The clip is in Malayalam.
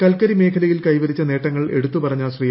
കൽക്കരി മേഖലയിൽ കൈവരിച്ച നേട്ടങ്ങൾ ് എട്ടുത്തു പറഞ്ഞ ശ്രീ